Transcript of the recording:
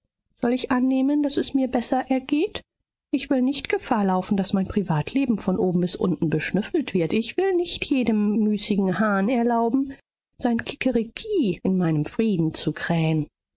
soll ich annehmen daß es mir besser ergeht ich will nicht gefahr laufen daß mein privatleben von oben bis unten beschnüffelt wird ich will nicht jedem müßigen hahn erlauben sein kikeriki in meinen frieden zu krähen